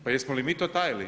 Pa jesmo li mi to tajili?